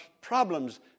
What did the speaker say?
problems